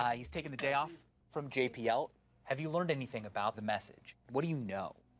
ah he's taken the day off from jpl. have you learned anything about the message? what do you know?